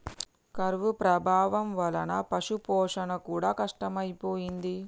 కరువు ప్రభావం వలన పశుపోషణ కూడా కష్టమైపోయింది